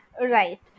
Right